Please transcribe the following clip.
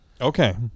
okay